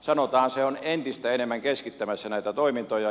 sanotaan se on entistä enemmän keskittämässä näitä toimintoja